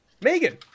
Megan